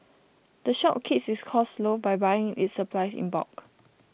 the shop keeps its costs low by buying its supplies in bulk